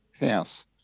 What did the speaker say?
house